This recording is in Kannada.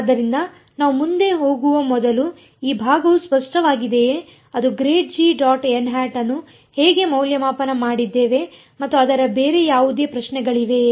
ಆದ್ದರಿಂದ ನಾವು ಮುಂದೆ ಹೋಗುವ ಮೊದಲು ಈ ಭಾಗವು ಸ್ಪಷ್ಟವಾಗಿದೆಯೇ ನಾವು ಅನ್ನು ಹೇಗೆ ಮೌಲ್ಯಮಾಪನ ಮಾಡಿದ್ದೇವೆ ಅಥವಾ ಅದರ ಮೇಲೆ ಬೇರೆ ಯಾವುದೇ ಪ್ರಶ್ನೆಗಳಿವೆಯೇ